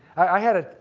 i had a,